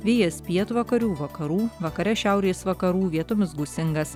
vėjas pietvakarių vakarų vakare šiaurės vakarų vietomis gūsingas